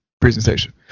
presentation